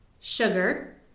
sugar